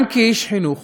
גם כאיש חינוך